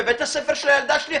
בבית הספר של הילדה שלי,